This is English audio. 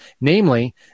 Namely